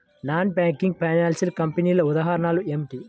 Non banking financial కంపెనీల ఉదాహరణలు ఏమిటి?